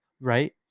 right